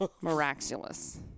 Miraculous